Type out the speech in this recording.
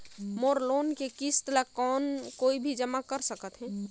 मोर loan के किस्त ल कौन कोई भी जमा कर सकथे?